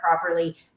properly